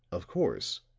of course,